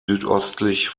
südöstlich